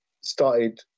started